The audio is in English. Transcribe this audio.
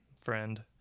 friend